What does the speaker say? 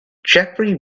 jeffery